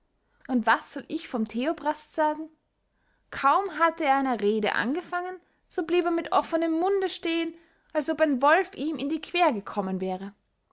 und was soll ich vom theophrast sagen kaum hatte er eine rede angefangen so blieb er mit offenem munde stehen als ob ein wolf ihm in die quer gekommen wäre